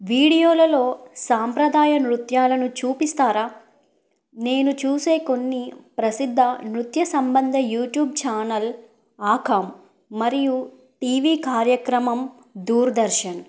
వీడియోలలో సాంప్రదాయ నృత్యాలను చూపిస్తారా నేను చూసే కొన్ని ప్రసిద్ధ నృత్య సంబంధ యూట్యూబ్ ఛానల్ ఆఖం మరియు టీవీ కార్యక్రమం దూర్దర్శన్